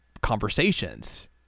conversations